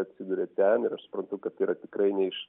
atsiduria ten ir aš suprantu kad tai yra tikrai ne iš